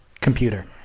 computer